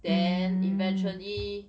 then eventually